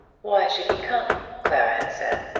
why should he come? clara had said.